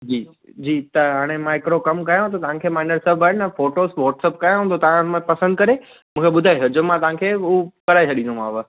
जी जी त हाणे मां हिकिड़ो कम कयांव थो तव्हांखे मां हीअंर सभु आहिनि न फ़ोटोज़ वाट्सअप कयांव थो था हुनमें पसंदि करे मूंखे ॿुधाए छॾिजो मां तव्हांखे हू कराए छाॾीदोमाव